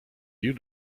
you